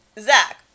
Zach